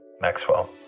Maxwell